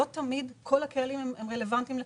לא תמיד כל הקהלים הם רלוונטיים לקמפיין.